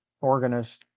organist